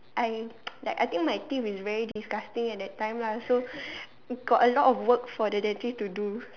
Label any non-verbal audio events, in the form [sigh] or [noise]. I [noise] I think my teeth is very disgusting at that time lah so got a lot of work for the dentist to do